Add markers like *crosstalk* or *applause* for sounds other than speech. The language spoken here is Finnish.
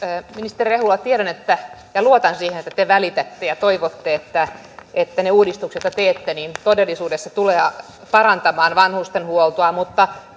ministeri rehula tiedän ja luotan siihen että te välitätte ja toivotte että että ne uudistukset joita teette todellisuudessa tulevat parantamaan vanhustenhuoltoa mutta *unintelligible*